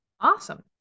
Awesome